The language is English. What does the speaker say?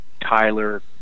Tyler